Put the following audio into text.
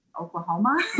Oklahoma